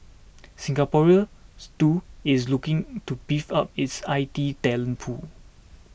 Singapore too is looking to beef up its I T talent pool